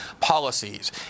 policies